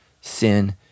sin